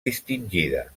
distingida